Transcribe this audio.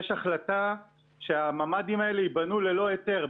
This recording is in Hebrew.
יש החלטה שהממ"דים האלה ייבנו ללא היתר,